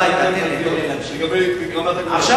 עכשיו,